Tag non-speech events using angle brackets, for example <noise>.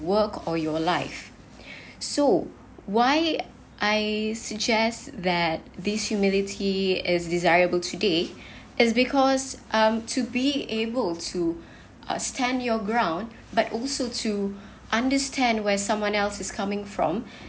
work or your life <breath> so why I suggest that this humility is desirable today <breath> is because um to be able to <breath> uh stand your ground but also to understand where someone else is coming from <breath>